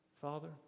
father